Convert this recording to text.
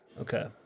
Okay